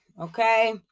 okay